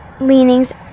leanings